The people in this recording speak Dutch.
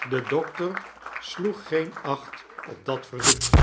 de dokter sloeg geen acht op dat verzoek